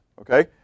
Okay